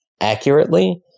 accurately